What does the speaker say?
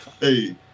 Hey